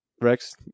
Rex